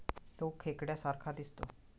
तो खेकड्या सारखा दिसतो